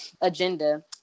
agenda